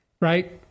right